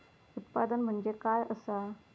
उत्पादन म्हणजे काय असा?